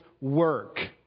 work